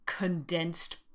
condensed